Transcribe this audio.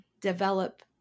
develop